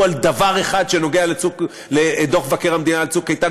על דבר אחד שקשור לדוח מבקר המדינה על "צוק איתן".